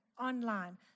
online